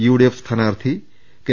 UDF സ്ഥാനാർത്ഥി K